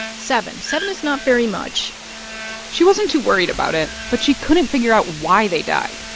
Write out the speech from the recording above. seven seven is not very much she wasn't too worried about it, but she couldn't figure out why they died.